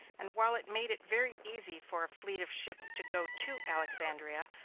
and, while it made it very easy for a fleet of ships to go to alexandria,